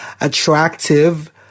attractive